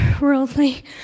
worldly